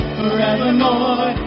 forevermore